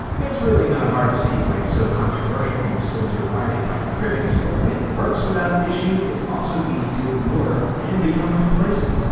it's really not hard to see why it's so controversial and so derided by critics, but when it works without issue it's also easy to ignore and become complacent.